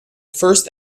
first